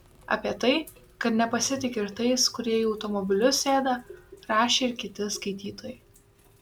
apie tai kad nepasitiki ir tais kurie į automobilius sėda rašė ir kiti skaitytojai